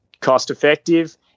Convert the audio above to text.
cost-effective